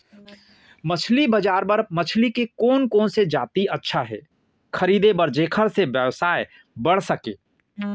मछली बजार बर मछली के कोन कोन से जाति अच्छा हे खरीदे बर जेकर से व्यवसाय बढ़ सके?